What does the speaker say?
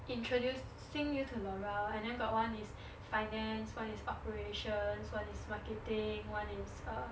introducing you to l'oreal and then got one is finance one is operations one is marketing one is uh